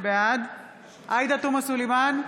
בעד עאידה תומא סלימאן,